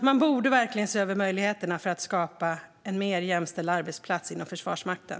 Man borde verkligen se över möjligheterna för att skapa en mer jämställd arbetsplats inom Försvarsmakten.